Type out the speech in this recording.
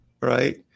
Right